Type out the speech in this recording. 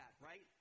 right